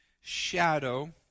shadow